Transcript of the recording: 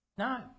No